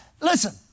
Listen